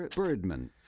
but birdman.